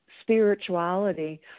spirituality